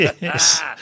Yes